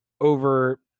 over